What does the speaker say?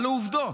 על העובדות: